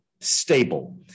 stable